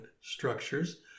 structures